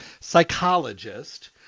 psychologist